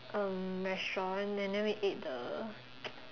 um restaurants and then we ate the